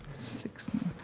sixth